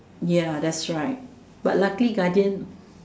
ya that's right but luckily Guardian